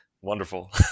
Wonderful